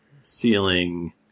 ceiling